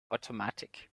automatic